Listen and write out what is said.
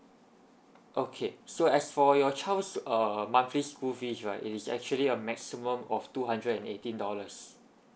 okay so as for your child's err monthly school fees right it's actually a maximum of two hundred and eighteen dollars